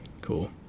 Cool